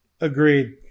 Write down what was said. Agreed